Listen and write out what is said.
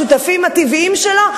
השותפים הטבעיים שלו,